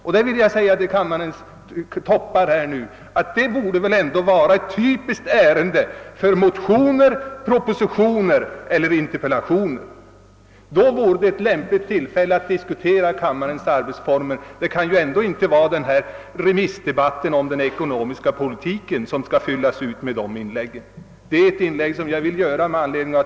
Jag vill säga till kammarens toppar att det borde väl ändå vara ett typiskt ämne för motioner, propositioner eller interpellationer att diskutera kammarens arbetsformer i anslutning därtill. Det kan ju ändå inte vara remissdebatten om den ekonomiska politiken som skall fyllas ut med sådana resonemang. Herr talman!